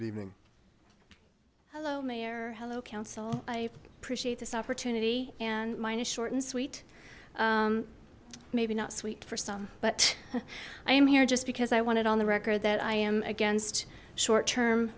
evening hello mayor hello council i appreciate this opportunity and mine is short and sweet maybe not sweet for some but i am here just because i want it on the record that i am against short term